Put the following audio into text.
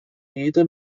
jeder